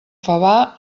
favar